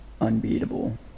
unbeatable